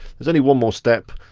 there's only one more step.